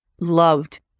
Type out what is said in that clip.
loved